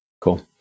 Cool